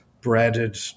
breaded